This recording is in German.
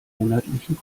monatlichen